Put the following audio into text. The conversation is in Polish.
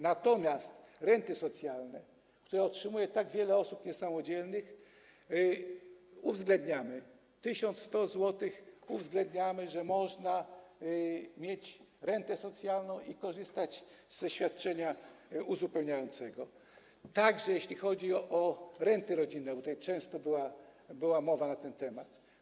Natomiast jeśli chodzi o renty socjalne, które otrzymuje tak wiele osób niesamodzielnych, uwzględniamy 1100 zł, uwzględniamy, że można mieć rentę socjalną i korzystać ze świadczenia uzupełniającego, także jeśli chodzi o renty rodzinne, bo tutaj często była mowa na ten temat.